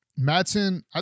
Madsen